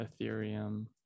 Ethereum